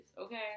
Okay